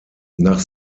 nach